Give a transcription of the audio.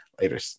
Later